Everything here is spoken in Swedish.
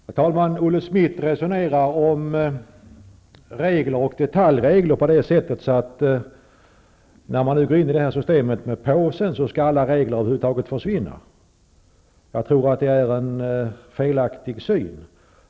Herr talman! Olle Schmidt resonerar för det första om detaljregler som om över huvud taget alla regler skulle försvinna, när man går in i systemet med ''påsen''. Jag tror att det är en felaktig syn.